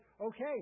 okay